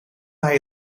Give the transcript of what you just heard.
hij